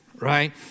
right